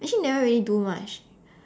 actually never really do much